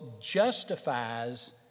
justifies